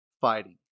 fighting